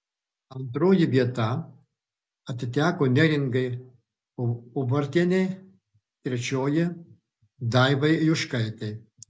antroji vieta atiteko neringai ubartienei trečioji daivai juškaitei